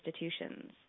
institutions